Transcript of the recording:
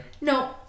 No